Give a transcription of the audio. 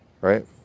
right